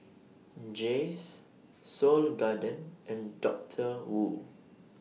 Jays Seoul Garden and Doctor Wu